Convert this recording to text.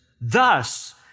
Thus